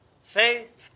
Faith